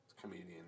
comedian